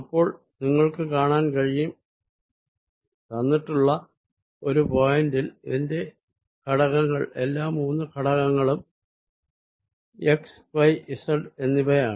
അപ്പോൾ നിങ്ങൾക്ക് കാണാൻ കഴിയും തന്നിട്ടുള്ള ഒരു പോയിന്റിൽ ഇതിന്റെ ഘടകങ്ങൾ എല്ലാ മൂന്നു ഘടകങ്ങളും xy z എന്നിവയാണ്